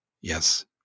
Yes